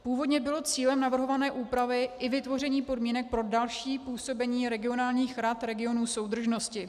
Původně bylo cílem navrhované úpravy i vytvoření podmínek pro další působení regionálních rad regionů soudržnosti.